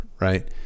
right